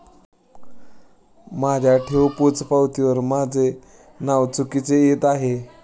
माझ्या ठेव पोचपावतीवर माझे नाव चुकीचे येत आहे